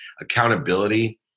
Accountability